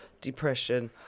depression